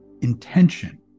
intention